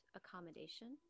accommodation